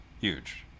Huge